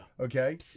Okay